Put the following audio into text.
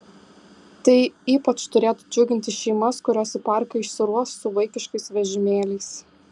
tai ypač turėtų džiuginti šeimas kurios į parką išsiruoš su vaikiškais vežimėliais